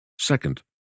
Second